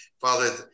father